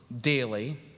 daily